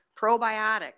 probiotic